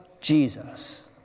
Jesus